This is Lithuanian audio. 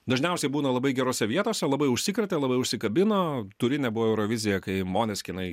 dažniausiai būna labai gerose vietose labai užsikrėtė labai užsikabino turine buvo eurovizija kai moneskinai